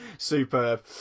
Superb